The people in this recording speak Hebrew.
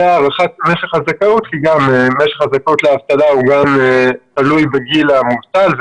הארכת משך הזכאות לאבטלה תלוי בגיל המובטל,